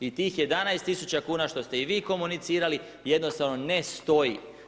I tih 11 tisuća kuna što ste i vi komunicirali jednostavno ne stoji.